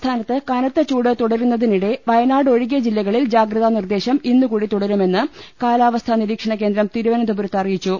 സംസ്ഥാനത്ത് കനത്ത് ചൂട് തുടരുന്നതിനിടെ വയനാട് ഒഴികെ ജില്ലകളിൽ ജാഗ്രതാ നിർദേശം ഇന്ന് കൂടി തുടരുമെന്ന് കാലാവസ്ഥാ നിരീക്ഷണ കേന്ദ്രം തിരുവനന്തപുരത്ത് അറിയിച്ചു